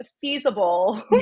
feasible